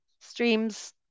streams